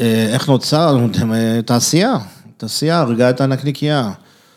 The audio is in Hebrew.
איך נוצר תעשייה, תעשייה הרגה את הנקניקייה.